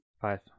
Five